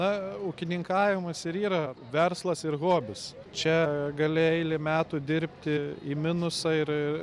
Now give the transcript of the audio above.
na ūkininkavimas ir yra verslas ir hobis čia gali eilę metų dirbti į minusą ir